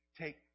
take